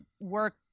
work